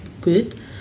good